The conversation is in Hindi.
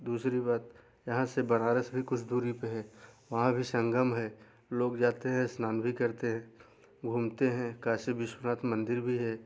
दूसरी बात यहाँ से बनारस भी कुछ दूरी पे है वहाँ भी संगम है लोग जाते हैं स्नान भी करते हैं घूमते हैं काशी विश्वनाथ मंदिर भी है